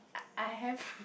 I have